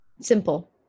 simple